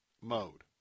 mode